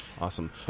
Awesome